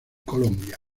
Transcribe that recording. colombia